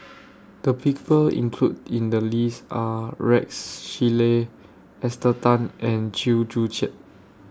The People included in The list Are Rex Shelley Esther Tan and Chew Joo Chiat